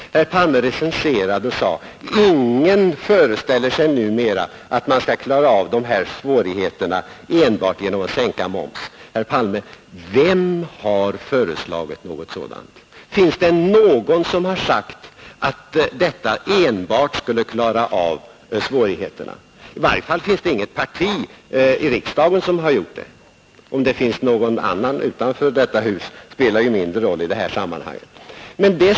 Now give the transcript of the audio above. Herr Palme recenserade och sade: ”Ingen föreställer sig numera att man skall klara av svårigheterna enbart genom att sänka momsen.” Men vem har föreslagit något sådant, herr Palme? Finns det någon som har sagt att man enbart med detta skulle kunna klara av svårigheterna? I varje fall har inget parti i riksdagen påstått detta. Om det är någon annan utanför detta hus som gjort det spelar mindre roll i sammanhanget.